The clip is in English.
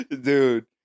Dude